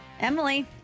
Emily